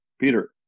Peter